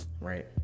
right